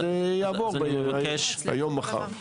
אז יעבור היום, מחר.